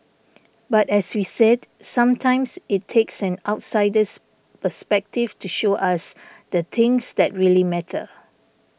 but as we said sometimes it takes an outsider's perspective to show us the things that really matter